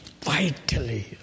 vitally